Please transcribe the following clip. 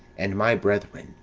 and my brethren,